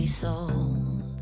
sold